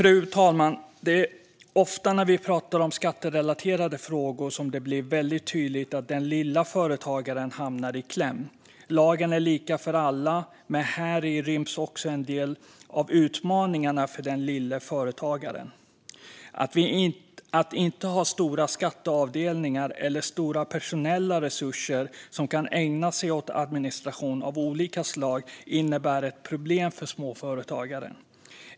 Fru talman! När vi talar om skatterelaterade frågor blir det ofta väldigt tydligt att den lilla företagaren hamnar i kläm. Lagen är lika för alla, men häri ryms också en del av utmaningarna för den lilla företagaren. Att inte ha stora skatteavdelningar eller stora personella resurser som kan ägna sig åt administration av olika slag innebär ett problem för småföretagaren.